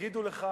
יגידו לך: